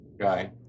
guy